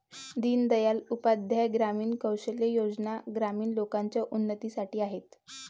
दीन दयाल उपाध्याय ग्रामीण कौशल्या योजना ग्रामीण लोकांच्या उन्नतीसाठी आहेत